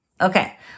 Okay